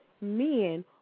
men